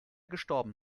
gestorben